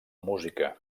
música